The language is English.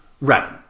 Right